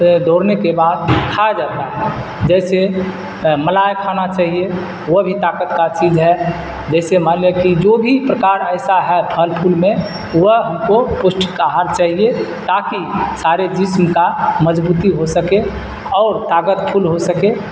دوڑنے کے بعد کھایا جاتا ہے جیسے ملائی کھانا چاہیے وہ بھی طاقت کا چیز ہے جیسے مان لیا کہ جو بھی پرکار ایسا ہے پھل پھول میں وہ ہم کو پوشٹک آہار چاہیے تاکہ سارے جسم کا مضبوطی ہو سکے اور طاقت فل ہو سکے